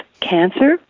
cancer